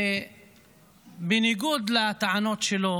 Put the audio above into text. ובניגוד לטענות שלו